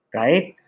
right